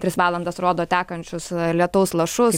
tris valandas rodo tekančius lietaus lašus